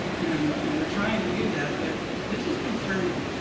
and and they're trying to do that, but this is concerning.